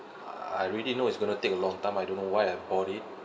I already know it's going to take a long time I don't know why I bought it